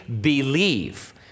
believe